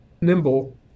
nimble